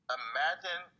imagine